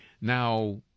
Now